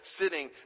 sitting